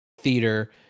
theater